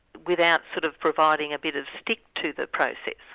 without sort of providing a bit of stick to the process.